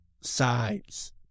sides